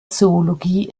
zoologie